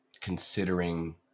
considering